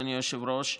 אדוני היושב-ראש,